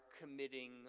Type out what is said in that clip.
committing